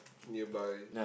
nearby